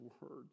words